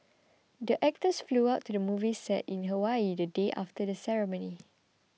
the actors flew out to the movie set in Hawaii the day after the ceremony